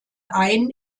ein